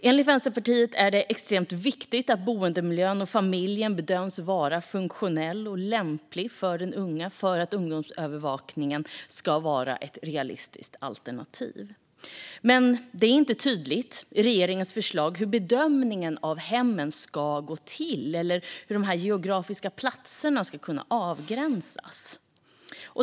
Enligt Vänsterpartiet är det extremt viktigt att boendemiljön och familjen bedöms vara funktionell och lämplig för den unge för att ungdomsövervakningen ska vara ett realistiskt alternativ. Men det är inte tydligt i regeringens förslag hur bedömningen av hemmen ska gå till eller hur de geografiska platserna ska kunna avgränsas.